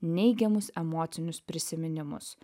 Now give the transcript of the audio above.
neigiamus emocinius prisiminimus